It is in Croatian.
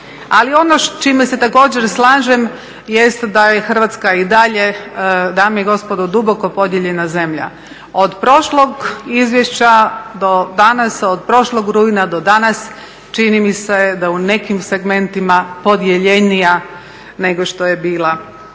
Ali ono s čime se također slažem jeste da je Hrvatska i dalje, dame i gospodo, duboko podijeljena zemlja. Od prošlog izvješća do danas od prošlog rujna do danas, čini mi se da u nekim segmentima podjeljenija nego što je bila.